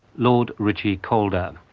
lord ritchie-calder.